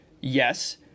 Yes